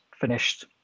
finished